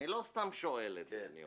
לא סתם אני שואל את זה.